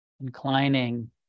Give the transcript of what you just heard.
inclining